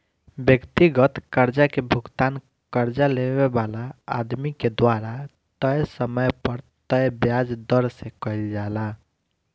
व्यक्तिगत कर्जा के भुगतान कर्जा लेवे वाला आदमी के द्वारा तय समय पर तय ब्याज दर से कईल जाला